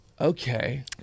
Okay